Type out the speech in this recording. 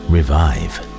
Revive